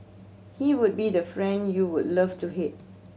he would be the friend you would love to hate